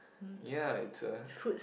ya it's a